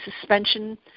suspension